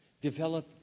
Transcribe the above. Develop